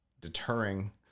deterring